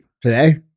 today